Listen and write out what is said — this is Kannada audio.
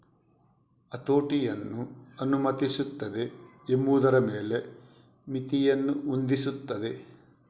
ಹತೋಟಿಯನ್ನು ಅನುಮತಿಸುತ್ತದೆ ಎಂಬುದರ ಮೇಲೆ ಮಿತಿಯನ್ನು ಹೊಂದಿಸುತ್ತದೆ